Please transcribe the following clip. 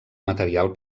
material